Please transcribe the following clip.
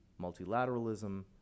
multilateralism